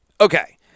Okay